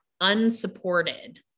unsupported